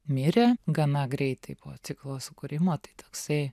mirė gana greitai po ciklo sukūrimo tai toksai